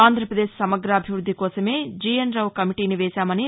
ఆంధ్రాపదేశ్ సమగ్రాభివృద్ది కోసమే జీఎన్ రావు కమిటీని వేశామని